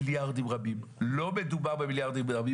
לא מדובר במיליארדים רבים,